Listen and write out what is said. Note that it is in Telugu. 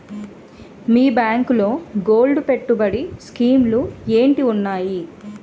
మీ బ్యాంకులో గోల్డ్ పెట్టుబడి స్కీం లు ఏంటి వున్నాయి?